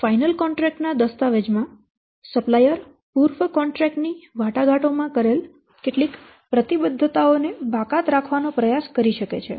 final contract ના દસ્તાવેજ માં સપ્લાયર પૂર્વ કોન્ટ્રેક્ટ ની વાટાઘાટો માં કરેલી કેટલીક પ્રતિબદ્ધતાઓ ને બાકાત રાખવાનો પ્રયાસ કરી શકે છે